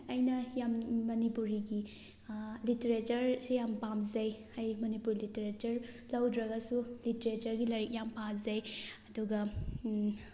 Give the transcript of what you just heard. ꯑꯩꯅ ꯌꯥꯝ ꯃꯅꯤꯄꯨꯔꯤꯒꯤ ꯂꯤꯇ꯭ꯔꯦꯆꯔꯁꯤ ꯌꯥꯝ ꯄꯥꯝꯖꯩ ꯑꯩ ꯃꯅꯤꯄꯨꯔ ꯂꯤꯇ꯭ꯔꯦꯆꯔ ꯂꯧꯗ꯭ꯔꯒꯁꯨ ꯂꯤꯇ꯭ꯔꯦꯆꯔꯒꯤ ꯂꯥꯏꯔꯤꯛ ꯌꯥꯝ ꯄꯥꯖꯩ ꯑꯗꯨꯒ